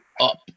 up